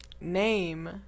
Name